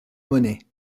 monnaie